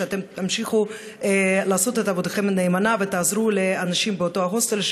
תמשיכו לעשות את עבודתכם נאמנה ותעזרו לאנשים באותו ההוסטל,